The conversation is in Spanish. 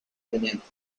teniente